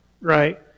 Right